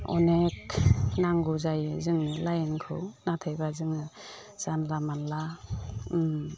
अनेख नांगौ जायो जोंनो लाइनखौ नाथायब्ला जोङो जानला मोनला